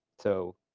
so